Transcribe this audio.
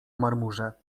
marmurze